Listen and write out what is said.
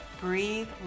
Breathe